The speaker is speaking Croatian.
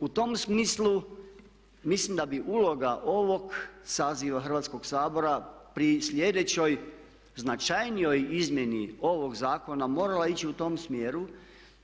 U tom smislu mislim da bi uloga ovog saziva Hrvatskog sabora pri sljedećoj značajnijoj izmjeni ovog zakona morala ići u tom smjeru